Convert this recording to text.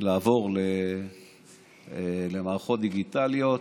לעבור למערכות דיגיטליות,